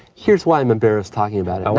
here's why i'm embarrassed talking about it,